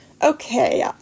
Okay